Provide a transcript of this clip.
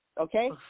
okay